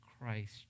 Christ